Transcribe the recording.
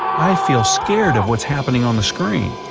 i feel scared of what is happening on the screen.